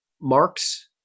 Mark's